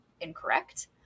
incorrect